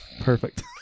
Perfect